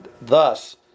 thus